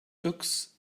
tux